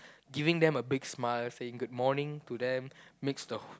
giving them a big smile saying good morning to them makes the